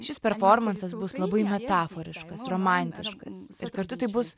šis performansas bus labai metaforiškas romantiškas ir kartu tai bus